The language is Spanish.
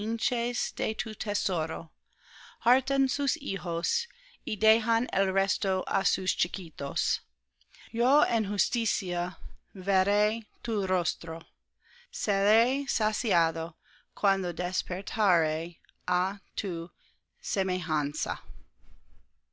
sus hijos y dejan el resto á sus chiquitos yo en justicia veré tu rostro seré saciado cuando despertare á tu semejanza